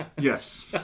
Yes